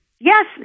Yes